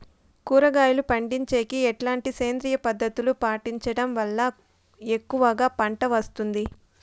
కూరగాయలు పండించేకి ఎట్లాంటి సేంద్రియ పద్ధతులు పాటించడం వల్ల ఎక్కువగా పంట వస్తుంది?